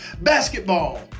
basketball